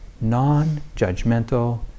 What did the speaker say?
non-judgmental